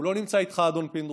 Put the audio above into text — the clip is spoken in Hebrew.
הוא לא נמצא איתך, אדון פינדרוס.